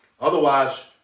Otherwise